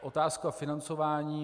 Otázka financování.